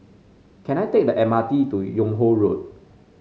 can I take the M R T to Yung Ho Road